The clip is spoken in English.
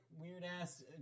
weird-ass